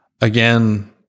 again